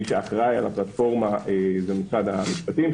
מי שאחראי על הפלטפורמה זה משרד המשפטים,